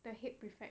the head prefect